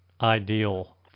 ideal